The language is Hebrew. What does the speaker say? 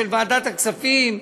של ועדת הכספים,